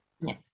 Yes